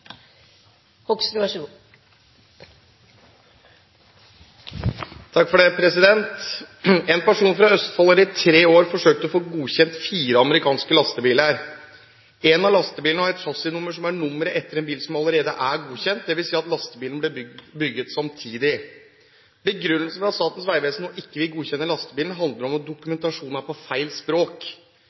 er nemnt så langt frå representanten Fredriksen. «En person fra Østfold har i tre år forsøkt å få godkjent fire amerikanske lastebiler. En av lastebilene har et chassisnummer som er nummeret etter en bil som allerede er godkjent, dvs. at lastebilene ble bygget samtidig. Begrunnelsen for at Statens vegvesen nå ikke vil godkjenne lastebilene, handler om at dokumentasjonen er på feil språk,